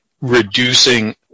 reducing